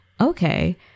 okay